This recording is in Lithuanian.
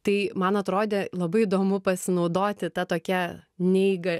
tai man atrodė labai įdomu pasinaudoti ta tokia neįga